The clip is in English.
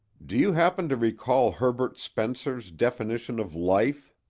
do you happen to recall herbert spencer's definition of life?